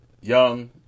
young